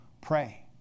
Pray